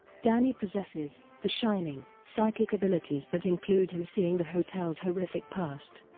danny possesses the shining, psychic abilities that include him seeing the hotel's horrific past.